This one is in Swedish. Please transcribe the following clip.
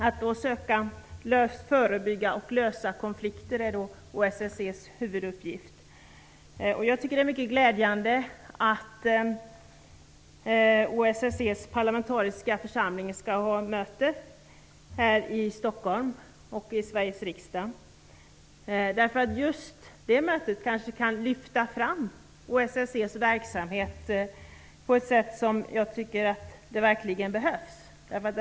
Att då söka förebygga och lösa konflikter är OSSE:s huvuduppgift. Jag tycker att det är mycket glädjande att OSSE:s parlamentariska församling skall ha möte här i Stockholm, i Sveriges riksdag. Just det mötet kanske kan lyfta fram OSSE:s verksamhet. Det behövs verkligen, tycker jag.